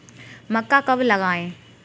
मक्का कब लगाएँ?